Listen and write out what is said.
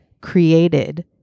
created